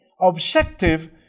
objective